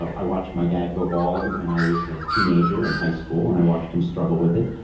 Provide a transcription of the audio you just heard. i watched my dad go bald when i was a teenager in high school, and i watched him struggle with it.